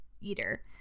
eater